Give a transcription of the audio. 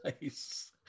nice